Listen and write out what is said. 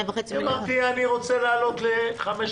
2.5 מיליארד --- אמרתי שאני רוצה להעלות ל-5,300.